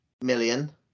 million